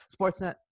Sportsnet